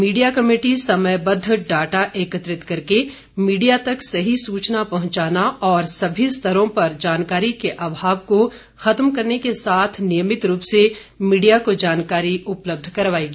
media committee समयबद्ध data एकत्रित करके मीडिया तक सही सूचना पहुंचाना और सभी स्तरों पर जानकारी के अभाव को खत्म करने के साथ नियमित रूप से मीडिया को जानकारी उपलब्ध करवाएगी